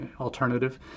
alternative